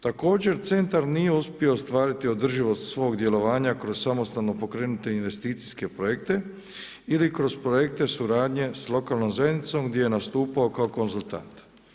Također centar nije uspio ostvariti održivost svog djelovanja kroz samostalno pokrenute investicijske projekte ili kroz projekte suradnje s lokalnom zajednicom gdje je nastupao kao konzultant.